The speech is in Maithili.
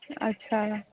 अच्छा